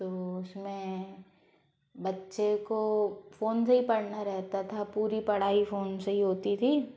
तो उस में बच्चे को फ़ोन से हीं पढ़ना रहता था पूरी पढ़ाई फ़ोन से ही होती थी